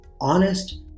honest